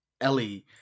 Ellie